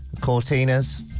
Cortinas